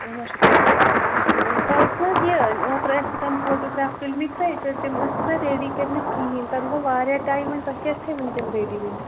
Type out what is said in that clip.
اہن حظ شُکُر رۄبَس کُن تۄہہِ ٲس نہ حظ یہِ اوترٕ ٲسوٕ تِم فوٹوٗگرٛاف تُلمٕتۍ تۄہہِ تہٕ تِم ٲسوٕ نہٕ تۄہہِ ریٚڈی کٔرمٕتۍ کِہیٖنۍ تَنہٕ گوٚو واریاہ ٹایم وۅنۍ تۄہہِ کیٛازِ تھٲیوٕنہٕ تِم ریٚڈی وُنہِ